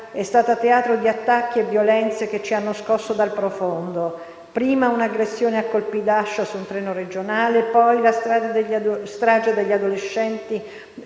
è stata teatro di attacchi e violenze, che ci hanno scosso nel profondo: prima un'aggressione a colpi d'ascia su un treno regionale, poi la strage degli adolescenti